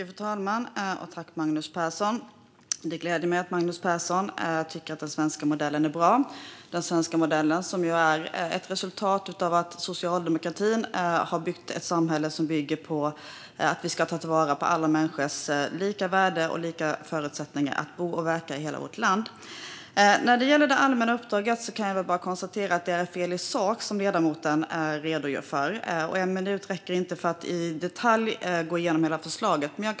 Fru talman! Det gläder mig att Magnus Persson tycker att den svenska modellen är bra. Den är ju ett resultat av att socialdemokratin byggt ett samhälle på allas lika värde och att alla ska ha lika bra förutsättningar att bo och verka i hela vårt land. När det gäller det allmänna uppdraget har ledamoten fel i sak, men en minut räcker inte för att i detalj gå igenom hela förslaget.